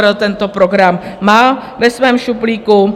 MMR tento program má ve svém šuplíku.